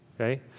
okay